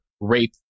rape